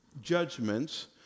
judgments